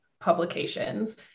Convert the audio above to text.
publications